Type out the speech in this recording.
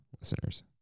listeners